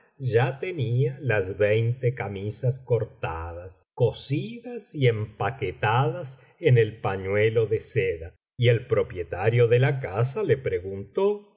ya tenía las veinte camisas cortadas cosidas y empaquetadas en el pañuelo de seda y el propietario de la casa le preguntó